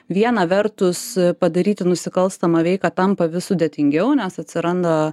vieną vertus padaryti nusikalstamą veiką tampa vis sudėtingiau nes atsiranda